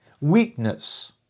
weakness